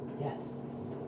Yes